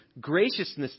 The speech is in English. graciousness